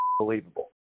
Unbelievable